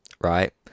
right